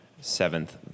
seventh